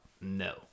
No